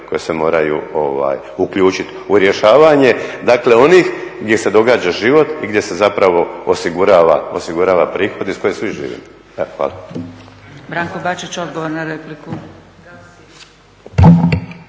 koje se moraju uključiti u rješavanja onih gdje se događa život i gdje se osigurava prihod od kojeg svi živimo. Hvala.